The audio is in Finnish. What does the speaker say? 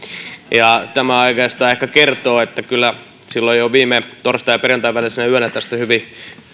siitä tämä oikeastaan ehkä kertoo että kyllä silloin jo viime torstain ja perjantain välisenä yönä tästä hyvin